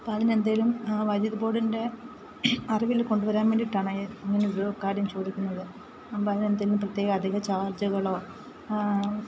അപ്പം അതിനെന്തെങ്കിലും വൈദ്യുതി ബോർഡിൻ്റെ അറിവിൽ കൊണ്ടുവരാൻ വേണ്ടിയിട്ടാണ് ഇങ്ങനൊരു കാര്യം ചോദിക്കുന്നത് അപ്പം അതിനെന്തെങ്കിലും പ്രത്യേക അധിക ചാർജ്ജുകളോ